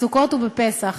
בסוכות ובפסח,